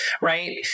right